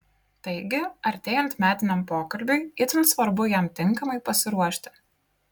taigi artėjant metiniam pokalbiui itin svarbu jam tinkamai pasiruošti